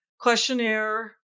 questionnaire